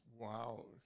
wow